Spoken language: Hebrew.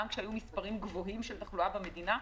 גם כשהיו מספרים גבוהים של תחלואה במדינה,